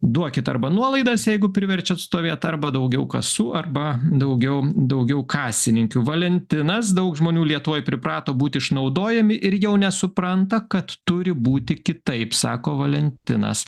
duokit arba nuolaidas jeigu priverčiat stovėt arba daugiau kasų arba daugiau daugiau kasininkių valentinas daug žmonių lietuvoj priprato būti išnaudojami ir jau nesupranta kad turi būti kitaip sako valentinas